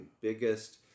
biggest